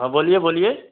हँ बोलिए बोलिए